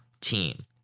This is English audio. team